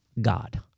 God